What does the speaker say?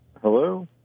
Hello